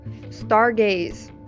stargaze